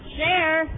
Share